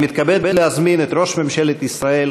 אני מתכבד להזמין את ראש ממשלת ישראל